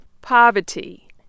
Poverty